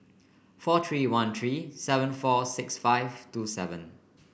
four three one three seven four six five two seven